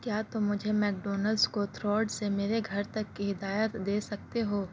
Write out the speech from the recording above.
کیا تم مجھے میک ڈونلڈس کو تھروڈ سے میرے گھر تک کی ہدایات دے سکتے ہو